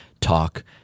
talk